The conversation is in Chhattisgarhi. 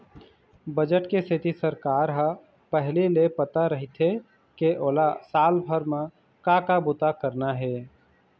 बजट के सेती सरकार ल पहिली ले पता रहिथे के ओला साल भर म का का बूता करना हे